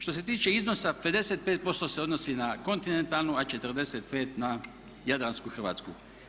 Što se tiče iznosa 55% se odnosi na kontinentalnu, a 45 na jadransku Hrvatsku.